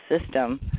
system